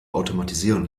automatisieren